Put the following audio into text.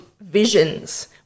visions